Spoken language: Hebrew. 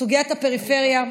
סוגיית הפריפריה,